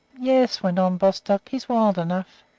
yes, went on bostock, he's wild enough.